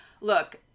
look